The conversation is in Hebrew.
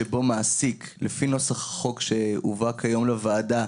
שבו מעסיק לפי נוסח החוק שהובא כיום לוועדה,